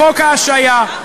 לחוק ההשעיה.